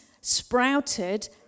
sprouted